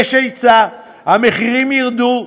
יש היצע, המחירים ירדו.